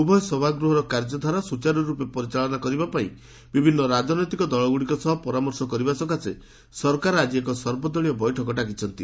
ଉଭୟ ସଭାଗୃହର କାର୍ଯ୍ୟଧାରା ସୁଚାରୁ ର୍ପେ ପରିଚାଳନା କରିବା ପାଇଁ ବିଭିନ୍ନ ରାଜନୈତିକ ଦଳଗୁଡ଼ିକ ସହ ପରାମର୍ଶ କରିବା ସକାଶେ ସରକାର ଆଜି ଏକ ସର୍ବଦଳୀୟ ବୈଠକ ଡାକିଛନ୍ତି